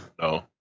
no